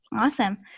Awesome